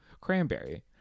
cranberry